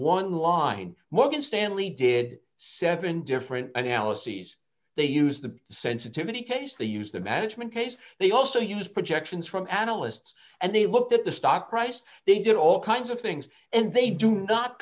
one line morgan stanley did seven different analyses they use the sensitivity case they use the management case they also use projections from analysts and they look at the stock price they did all kinds of things and they do not